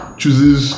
chooses